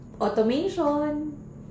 automation